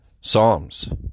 Psalms